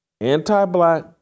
Anti-black